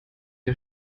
der